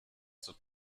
zur